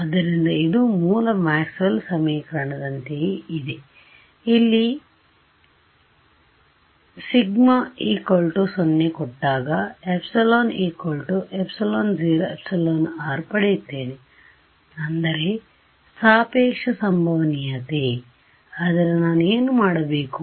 ಆದ್ದರಿಂದ ಇದು ಮೂಲ ಮ್ಯಾಕ್ಸ್ವೆಲ್ನMaxwell's ಸಮೀಕರಣದಂತೆಯೇ ಇದೆ ಅಲ್ಲಿ σ 0 ಕೊಟ್ಟಾಗ ε ε0 εr ಪಡೆಯುತ್ತೇನೆ ಅಂದರೆ ಸಾಪೇಕ್ಷ ಸಂಭವನೀಯತೆ ಆದರೆ ನಾನು ಏನು ಮಾಡಬೇಕು